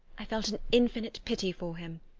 i felt an infinite pity for him,